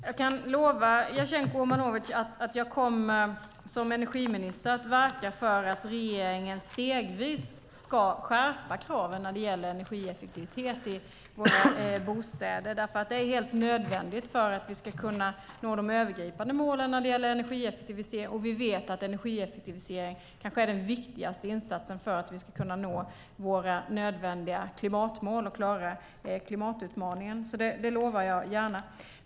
Fru talman! Jag kan lova Jasenko Omanovic att jag som energiminister kommer att verka för att regeringen stegvis ska skärpa kraven på energieffektivitet i våra bostäder. Det är helt nödvändigt för att vi ska kunna nå de övergripande målen om energieffektivisering, och vi vet att energieffektivisering är den kanske viktigaste insatsen för att vi ska kunna nå våra klimatmål och klara klimatutmaningen. Det lovar jag gärna.